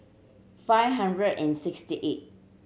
five hundred and sixty eighth